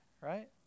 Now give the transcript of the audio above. right